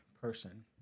person